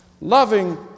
Loving